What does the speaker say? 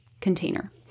container